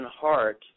heart